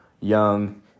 young